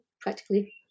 practically